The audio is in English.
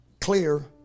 clear